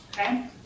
okay